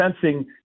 sensing